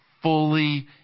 Fully